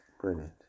Brilliant